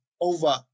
over